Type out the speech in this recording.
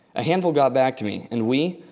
a hand full got back to me and we,